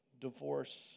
divorce